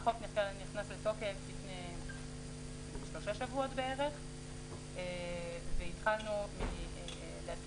החוק נכנס לתוקף לפני כשלושה שבועות והתחלנו להתקין